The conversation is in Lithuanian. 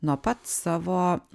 nuo pat savo